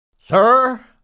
Sir